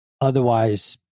otherwise